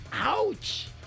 ouch